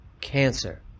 cancer